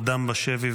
עודם בשבי,